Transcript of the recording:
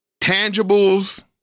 tangibles